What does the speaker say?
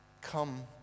come